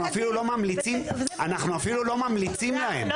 אנחנו אפילו לא ממליצים להם --- על שימוש בנשק שלא כדין --- תודה,